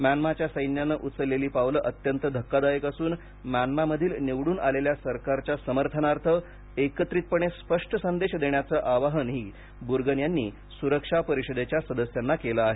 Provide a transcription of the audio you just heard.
म्यानमारच्या सैन्याने उचलेली पावले अत्यंत धक्कादायक असून म्यानमारमधील निवडून आलेल्या सरकारच्या समर्थनार्थ एकत्रितपणे स्पष्ट संदेश देण्याचं आवाहनही बुर्गन यांनी सुरक्षा परिषदेच्या सदस्यांना केलं आहे